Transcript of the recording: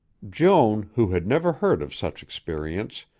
joan, who had never heard of such experience,